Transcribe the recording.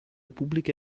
pubbliche